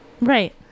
Right